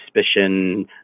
suspicion